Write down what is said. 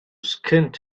skinned